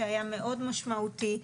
שהיה מאוד משמעותי,